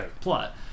plot